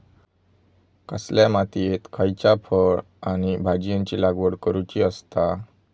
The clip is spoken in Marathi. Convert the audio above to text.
कसल्या मातीयेत खयच्या फळ किंवा भाजीयेंची लागवड करुची असता?